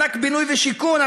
מענק בינוי ושיכון,